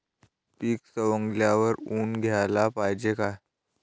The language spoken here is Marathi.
पीक सवंगल्यावर ऊन द्याले पायजे का?